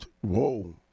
Whoa